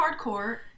hardcore